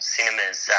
Cinemas